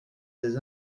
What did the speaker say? des